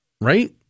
right